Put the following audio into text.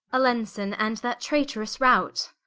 alanson, and that traiterous rout.